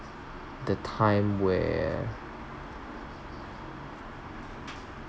the time where